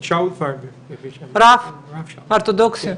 רב, אורתודוקסי?